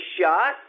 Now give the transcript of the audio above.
shot